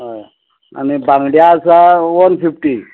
हय आनी बांगडें आसा वन फिफ्टी